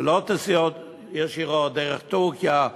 ללא טיסות ישירות, דרך טורקיה,